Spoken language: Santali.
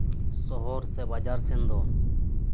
ᱥᱚᱦᱚᱨ ᱥᱮ ᱵᱟᱡᱟᱨ ᱥᱮᱫ ᱫᱚ